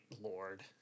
Lord